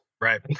Right